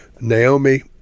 Naomi